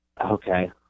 Okay